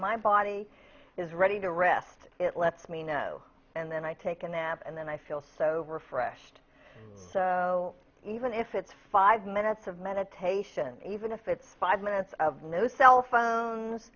my body is ready to rest it lets me know and then i take a nap and then i feel so refreshing even if it's five minutes of meditation even if it's five minutes of no cell phones